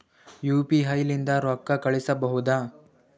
UPI ಲಿಂದ ರೊಕ್ಕ ಕಳಿಸಬಹುದಾ?